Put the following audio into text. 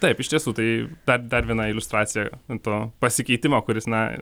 taip iš tiesų tai dar viena iliustracija to pasikeitimo kuris na